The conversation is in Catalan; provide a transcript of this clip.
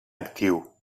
actiu